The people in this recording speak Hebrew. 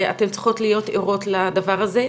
ואתן צריכות להיות ערות לדבר הזה.